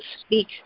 speak